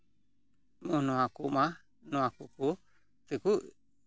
ᱱᱚᱜᱼᱚ ᱱᱚᱣᱟ ᱠᱚᱢᱟ ᱱᱚᱣᱟ ᱠᱚᱠᱚ ᱛᱮᱠᱚ